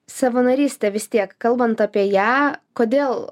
savanorystė vis tiek kalbant apie ją kodėl